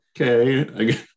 okay